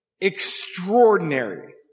extraordinary